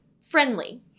Friendly